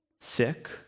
sick